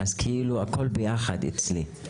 אז כאילו הכל ביחד אצלי.